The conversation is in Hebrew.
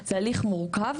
זה הליך מורכב,